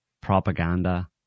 propaganda